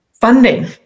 Funding